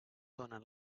donen